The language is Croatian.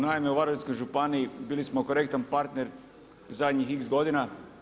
Naime, u Varaždinskoj županiji bili smo korektan partner zadnjih x godina.